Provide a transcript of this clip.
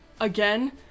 again